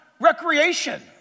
Recreation